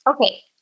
Okay